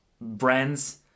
brands